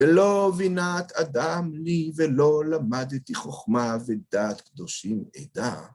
ולא בינת אדם לי, ולא למדתי חוכמה ודעת קדושים אדע.